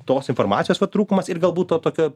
tos informacijos va trūkumas ir galbūt to tokio